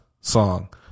song